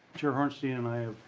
chair hornstein and i